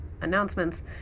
announcements